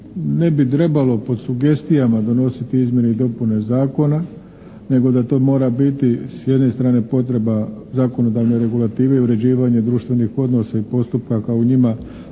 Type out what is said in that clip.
ne bi trebalo pod sugestijama donositi izmjene i dopune Zakona nego da to mora biti s jedne strane i potreba zakonodavne regulative i uređivanje društvenih odnosa i postupka kao u njima od strane